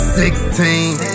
sixteen